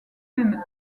même